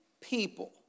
people